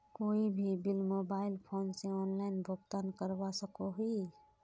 कोई भी bill mobile phone से ऑनलाइन भुगतान करवा सकोहो ही?